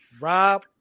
Rob